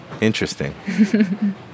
interesting